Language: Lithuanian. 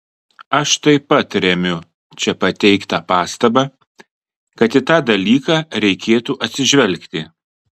aš taip pat remiu čia pateiktą pastabą kad į tą dalyką reikėtų atsižvelgti